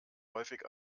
häufig